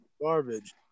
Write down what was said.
garbage